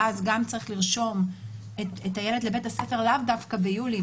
ואז גם צריך לרשום את הילד לבית הספר לאו דווקא ביולי,